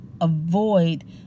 avoid